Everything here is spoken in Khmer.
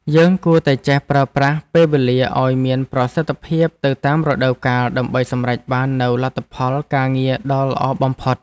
យើងគួរតែចេះប្រើប្រាស់ពេលវេលាឱ្យមានប្រសិទ្ធភាពទៅតាមរដូវកាលដើម្បីសម្រេចបាននូវលទ្ធផលការងារដ៏ល្អបំផុត។